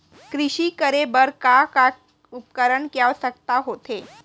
कृषि करे बर का का उपकरण के आवश्यकता होथे?